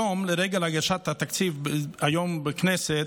לרגל הגשת התקציב היום בכנסת,